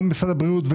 גם במשרד הבריאות,